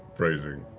phrasing.